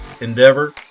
endeavor